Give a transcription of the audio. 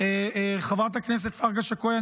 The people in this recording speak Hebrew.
חברת הכנסת פרקש הכהן,